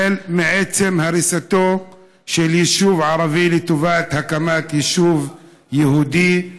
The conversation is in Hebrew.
החל מעצם הריסתו של יישוב ערבי לטובת הקמת יישוב יהודי,